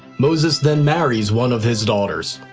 moses then marries one of his daughters.